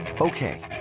Okay